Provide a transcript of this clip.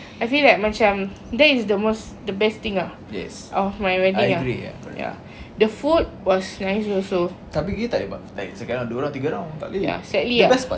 I feel like macam that is the most the best thing ah of my wedding the food was nice also sadly ya